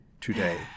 today